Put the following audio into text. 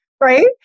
right